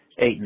eight